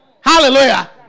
Hallelujah